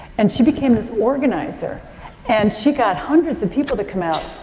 and she became this organizer and she got hundreds of people to come out.